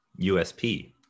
USP